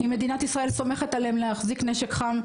אם מדינת ישראל סומכת עליהם להחזיק נשק חם,